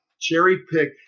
cherry-pick